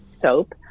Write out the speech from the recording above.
soap